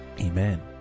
Amen